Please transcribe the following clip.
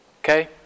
Okay